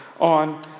on